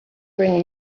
bring